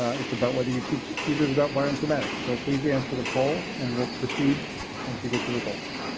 it's about whether you teach users about bioinformatics so please answer the poll and we'll proceed once we get the results.